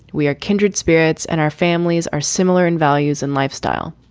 we are kindred spirits and our families are similar in values and lifestyle.